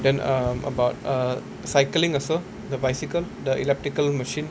then um got uh cycling also the bicycle the elliptical machine